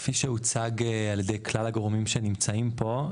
כפי שהוצג על ידי כלל הגורמים שנמצאים פה,